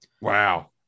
Wow